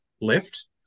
left